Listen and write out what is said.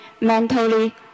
mentally